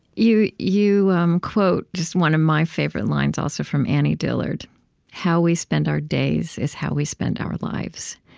you you quote just one of my favorite lines, also, from annie dillard how we spend our days is how we spend our lives.